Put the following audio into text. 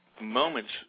moments